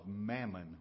mammon